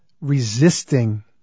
resisting